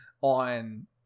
on